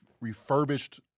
refurbished